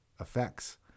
effects